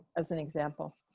as an example.